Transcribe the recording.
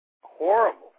horrible